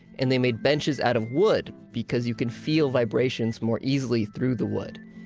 and they made benches out of wood because you can feel vibrations more easily through the wood.